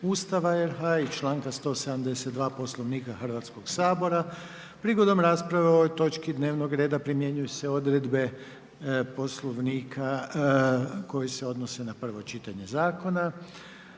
Ustava RH i članka 172. Poslovnika Hrvatskog sabora. Prigodom rasprave o ovoj točci dnevnog reda primjenjuju se odredbe Poslovnika koje se odnose na prvo čitanje zakona.